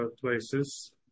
places